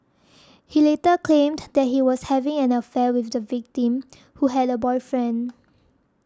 he later claimed that he was having an affair with the victim who had a boyfriend